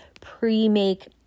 pre-make